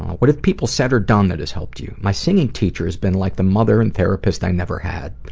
what have people said or done that has helped you? my singing teacher has been like the mother and therapist i never had.